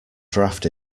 draught